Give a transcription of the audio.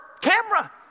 camera